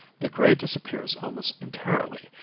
the gray disappears almost entirely,